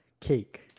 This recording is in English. cake